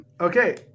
Okay